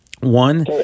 One